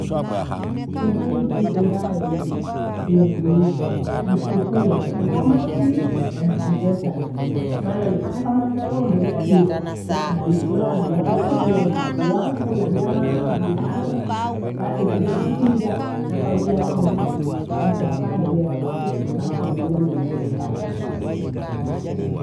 Sikukuu niipendayo mimi kuiazimisha ni sikukuu ya mfungo wa mosi na mfunguo tatu. Maana hata kama nna ngombe nachinja, nada nifura na wanagu na wazukuu wangu na jamaa, majirani basi nikabinda kuchinja. Napangia wandu, waifa kada via wakashukuru basi nami, nami napata faraja.